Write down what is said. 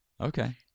Okay